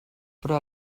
però